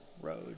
road